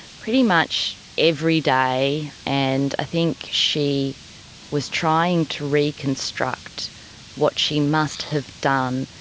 pretty much every day. and i think she was trying to reconstruct what she must have done,